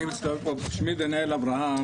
שמי דניאל אברהם,